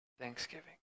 thanksgiving